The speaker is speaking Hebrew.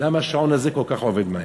למה השעון הזה עובד כל כך מהר,